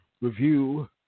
review